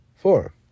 four